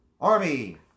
Army